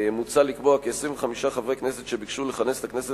ומוצע לקבוע כי 25 חברי הכנסת אשר ביקשו לכנס את הכנסת